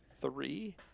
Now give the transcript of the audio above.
three